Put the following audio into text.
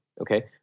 okay